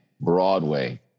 Broadway